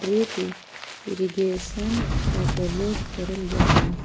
drip irrigation का प्रयोग करल जा हई